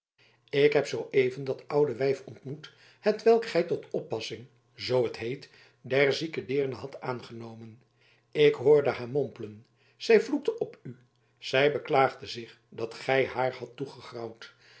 ik heb zooeven dat oude wijf ontmoet hetwelk gij tot de oppassing zoo t heet der zieke deerne had aangenomen ik hoorde haar mompelen zij vloekte op u zij beklaagde zich dat gij haar had